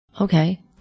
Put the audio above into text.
Okay